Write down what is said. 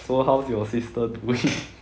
so how's your sister doing